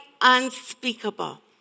unspeakable